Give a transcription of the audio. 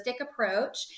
approach